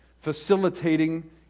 facilitating